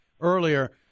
earlier